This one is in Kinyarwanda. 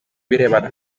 birebana